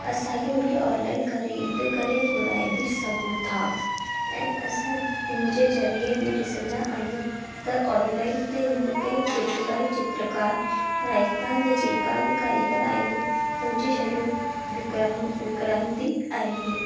असां खे हुन खे ऑनलाइन ख़रीद करे बि घुराए सघूं था ऐं असां हिन जे ज़रिये बि ॾिसंदा आहियूं त ऑनलाइन ते हिन ते केतिरा ई चित्रकार राजस्थान जा जेका बि कारीगर आहिनि हुन जी शयूं विकणानि विकिणंदी आहिनि